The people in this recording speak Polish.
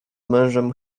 mężem